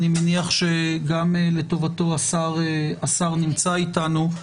אני מניח שגם לטובתו השר נמצא איתנו,